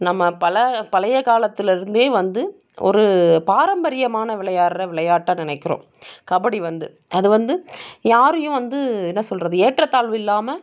நம்ம பல பழைய காலத்தில் இருந்தே வந்து ஒரு பாரம்பரியமாக விளையாடுகிற விளையாட்டாக நினைக்கிறோம் கபடி வந்து அது வந்து யாரையும் வந்து என்ன சொல்வது ஏற்றத்தாழ்வு இல்லாமல்